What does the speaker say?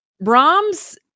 Brahms